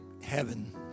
heaven